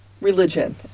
religion